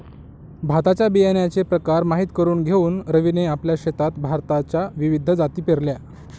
भाताच्या बियाण्याचे प्रकार माहित करून घेऊन रवीने आपल्या शेतात भाताच्या विविध जाती पेरल्या